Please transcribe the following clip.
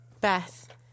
Beth